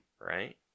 right